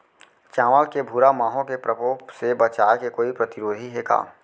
चांवल के भूरा माहो के प्रकोप से बचाये के कोई प्रतिरोधी हे का?